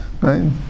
right